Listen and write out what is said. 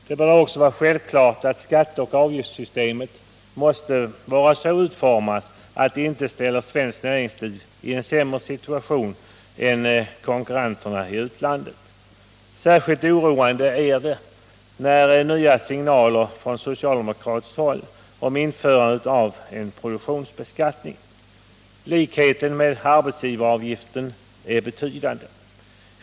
Det bör då också vara självklart att skatteoch avgiftssystemet måste vara så utformat att det inte ställer svenskt näringsliv i en sämre situation än konkurrenterna i utlandet. Särskilt oroande är de nya signalerna från socialdemokraterna om införande av en produktionsbeskattning. Likheten med arbetsgivaravgiften är betydande.